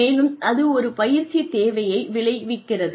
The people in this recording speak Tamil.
மேலும் அது ஒரு பயிற்சி தேவையை விளைவிக்கிறது